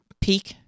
Peak